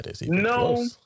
No